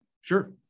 Sure